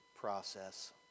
process